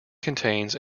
contains